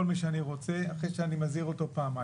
מי שאני רוצה אחרי שאני מזהיר אותו פעמיים.